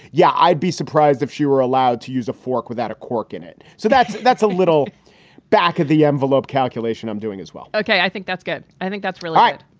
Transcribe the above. yeah, i'd be surprised if she were allowed to use a fork without a cork in it. so that's that's a little back of the envelope calculation i'm doing as well. okay. i think that's good. i think that's really right.